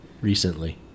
recently